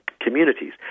communities